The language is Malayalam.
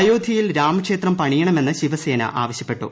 അയോധ്യയിൽ രാമക്ഷേത്രം പ്രണിയണമെന്ന് ശിവസേന ആവശ്യപ്പെട്ടു